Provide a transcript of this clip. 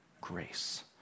grace